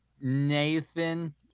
Nathan